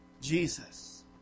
Jesus